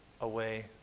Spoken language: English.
away